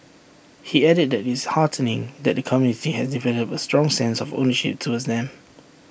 he added that it's heartening that the community has developed A strong sense of ownership towards them